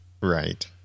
Right